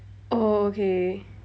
orh okay